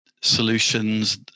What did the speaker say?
solutions